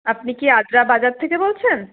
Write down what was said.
আপনি কি আদ্রা বাজার থেকে বলছেন